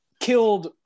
killed